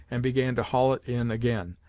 and began to haul it in, again,